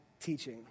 teaching